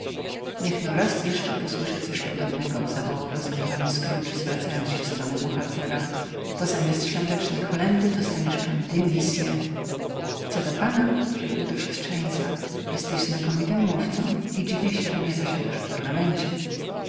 iskierkę niechno raz jeszcze posłyszę coś podobnego zawołał rozgniewany scrooge zwracając się w stronę buchaltera to zamiast świątecznej kolędy dostaniesz pan dymisję co do pana rzekł do siostrzeńca jesteś znakomitym mówcą i dziwię się że nie zasiadasz w parlamencie